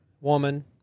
woman